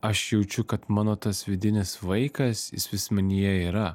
aš jaučiu kad mano tas vidinis vaikas jis vis manyje yra